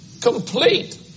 complete